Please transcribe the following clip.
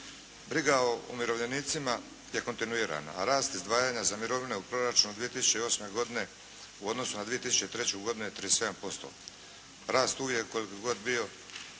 Briga o umirovljenicima je kontinuirana, a rast izdvajanja za mirovine u proračunu 2008. godine u odnosu na 2003. godinu je 37%. Rast uvijek koliko god bi